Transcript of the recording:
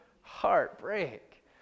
Heartbreak